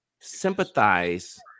sympathize